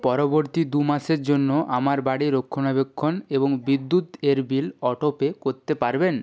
পরবর্তী দু মাসের জন্য আমার বাড়ি রক্ষণাবেক্ষণ এবং বিদ্যুৎ এর বিল অটোপে করতে পারবেন